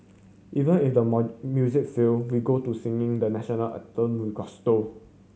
even if the music fail we go to singing the National Anthem with gusto